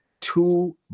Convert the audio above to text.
two